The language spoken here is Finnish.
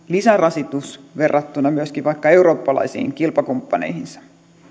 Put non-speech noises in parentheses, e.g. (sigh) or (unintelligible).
(unintelligible) lisärasitus verrattuna myöskin vaikka eurooppalaisiin kilpakumppaneihinsa